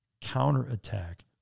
Counterattack